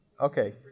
Okay